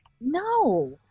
No